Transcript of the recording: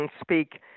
speak